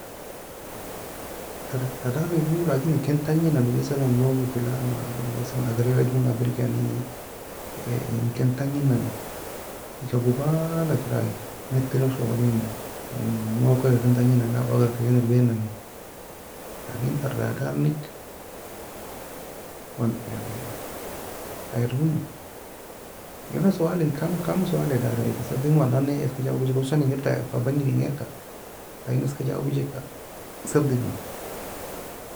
Ter Radar ga erbairmo لكن ken tangie naniمثلا موقع فلان مثلا agar ela joe nanga firgikani ken tangie nani eka gubala kir aiea net log shogoli en en موقع ka ken tangie nani aba agar ken erbair nan ne, لكن ter Radar neg Ayi erbair mo.يلا سؤال en كم سوال we dari صدق mo ayien nan nae eska جاوب hosan engir ta fa bangir en غير ka ayien eska جاوب eka صدق mo